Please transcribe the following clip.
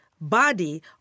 body